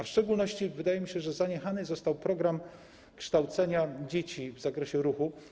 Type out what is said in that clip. W szczególności wydaje mi się, że zaniechany został program kształcenia dzieci z zakresie ruchu.